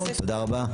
תודה רבה.